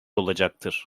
olacaktır